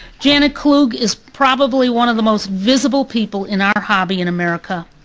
janet klug is probably one of the most visible people in our hobby in america.